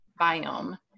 biome